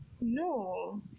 No